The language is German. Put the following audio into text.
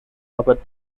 aber